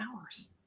hours